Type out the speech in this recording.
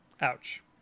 Ouch